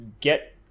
get